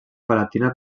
palatina